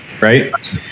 right